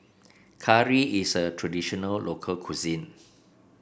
curry is a traditional local cuisine